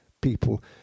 people